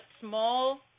small